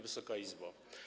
Wysoka Izbo!